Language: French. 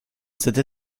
cette